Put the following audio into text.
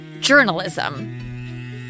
journalism